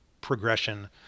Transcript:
progression